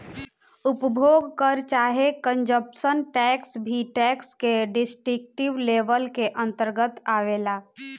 उपभोग कर चाहे कंजप्शन टैक्स भी टैक्स के डिस्क्रिप्टिव लेबल के अंतरगत आवेला